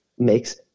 makes